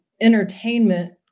entertainment